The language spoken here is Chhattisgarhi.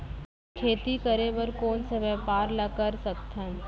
खेती करे बर कोन से व्यापार ला कर सकथन?